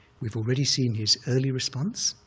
we've already seen his early response,